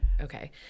okay